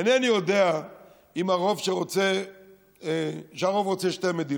אינני יודע שהרוב רוצה שתי מדינות,